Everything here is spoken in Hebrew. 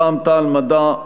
רע"ם-תע"ל-מד"ע,